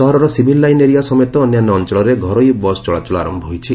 ସହରର civil line area ସମେତ ଅନ୍ୟାନ୍ୟ ଅଞ୍ଚଳରେ ଘରୋଇବସ୍ ଚଳାଚଳ ଆରମ୍ଭ ହୋଇଛି